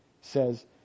says